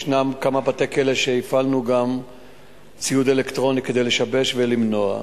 ישנם כמה בתי-כלא שהפעלנו גם ציוד אלקטרוני כדי לשבש ולמנוע.